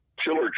chiller